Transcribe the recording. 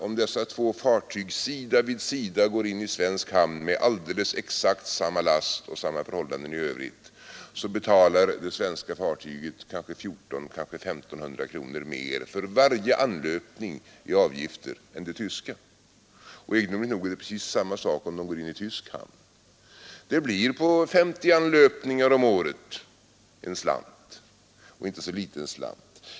Om dessa två alldeles likadana fartyg sida vid sida går in i svensk hamn med alldeles exakt samma last och under samma förhållanden i övrigt betalar det svenska fartyget kanske 1-400 eller 1 500 kronor mer i avgifter för varje anlöpning än det tyska. Egendomligt nog är det precis samma sak om de går in i tysk hamn. Det blir på 50 anlöpningar om året en inte så liten slant.